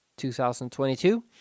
2022